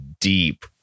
deep